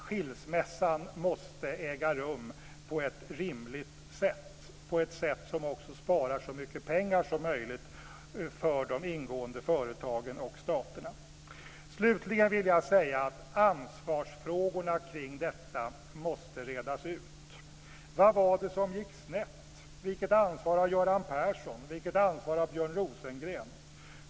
Skilsmässan måste äga rum på ett rimligt sätt, och på ett sätt som också sparar så mycket pengar som möjligt för de ingående företagen och staterna. Slutligen vill jag säga att ansvarsfrågorna kring detta måste redas ut. Vad var det som gick snett? Vilket ansvar har Göran Persson? Vilket ansvar har Björn Rosengren?